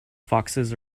foxes